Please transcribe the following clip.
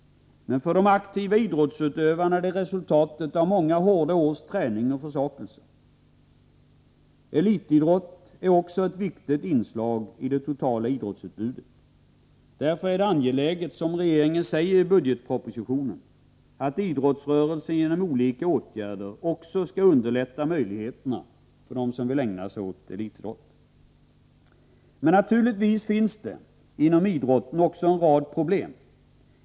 Men för de aktiva idrottsutövarna är det resultatet av många års träning och försakelse. Elitidrott är också ett viktigt inslag i det totala idrottsutbudet. Därför är det angeläget, som regeringen säger i budgetpropositionen, att idrottsrörelsen genom olika åtgärder också skall underlätta möjligheterna för dem som vill ägna sig åt elitidrott. Naturligtvis finns det inom idrotten också en rad problem.